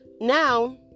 Now